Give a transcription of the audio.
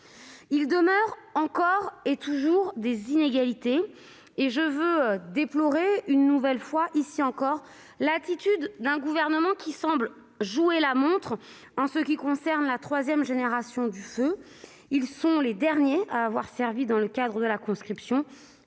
Il demeure toujours des inégalités et je déplore une nouvelle fois l'attitude du Gouvernement qui semble jouer la montre en ce qui concerne la troisième génération du feu- ce sont les derniers à avoir servi dans le cadre de la conscription